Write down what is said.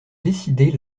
décider